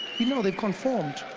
you know they've conformed.